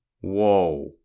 Whoa